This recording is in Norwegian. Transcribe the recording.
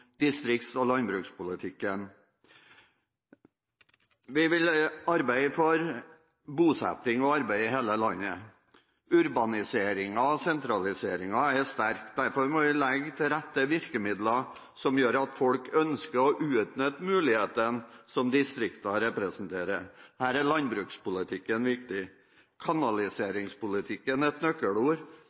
distrikts- og landbrukspolitikken. Vi vil arbeide for bosetting og arbeid i hele landet. Urbaniseringen og sentraliseringen er sterk. Derfor må vi legge til rette virkemidler som gjør at folk ønsker å utnytte mulighetene som distriktene representerer. Her er landbrukspolitikken viktig. Kanaliseringspolitikken er et nøkkelord.